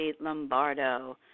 lombardo